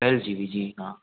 twelve G B जी हाँ